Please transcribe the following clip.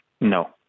No